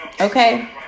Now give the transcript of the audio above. Okay